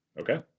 Okay